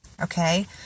okay